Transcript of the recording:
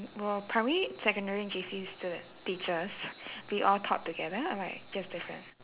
were primary secondary J_C student teachers be all taught together or like just different